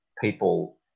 people